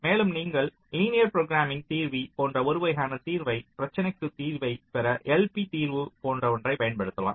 மேலும் நீங்கள் linear programming தீர்வி போன்ற ஒரு வகையான தீர்வை பிரச்சினைக்கு தீர்வைப் பெற LP தீர்வி போன்ற ஒன்றை பயன்படுத்துதலாம்